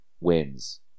wins